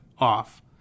off